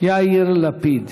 יאיר לפיד.